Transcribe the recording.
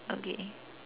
okay